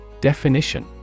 Definition